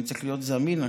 אני צריך להיות זמין עכשיו,